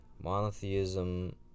monotheism